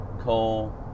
Cole